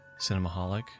Cinemaholic